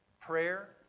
Prayer